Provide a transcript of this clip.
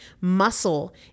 Muscle